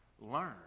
learn